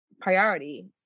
priority